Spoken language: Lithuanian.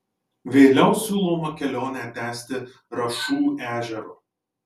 vėliau siūloma kelionę tęsti rašų ežeru